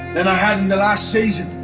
than i had in the last season.